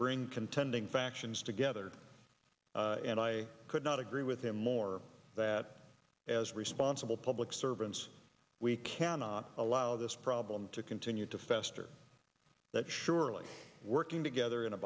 bring contending factions together and i could not agree with him more that as responsible public servants we cannot allow this problem to continue to fester that surely working together in a